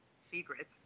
secret